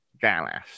Dallas